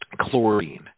chlorine